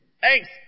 Thanks